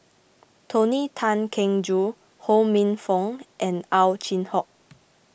Tony Tan Keng Joo Ho Minfong and Ow Chin Hock